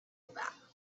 about